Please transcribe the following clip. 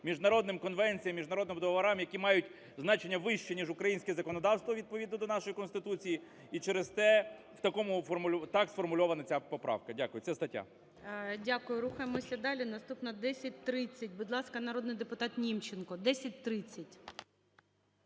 міжнародним конвенціям, міжнародним договорам, які мають значення вище ніж українське законодавство відповідно до нашої Конституції, і через те так сформульована ця поправка, дякую, ця стаття. ГОЛОВУЮЧИЙ. Дякую. Рухаємося далі. Наступна – 1030. Будь ласка, народний депутат Німченко. 1030.